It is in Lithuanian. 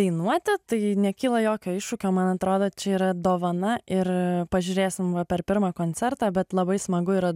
dainuoti tai nekyla jokio iššūkio man atrodo čia yra dovana ir pažiūrėsim per pirmą koncertą bet labai smagu yra